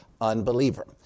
unbeliever